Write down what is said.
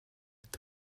это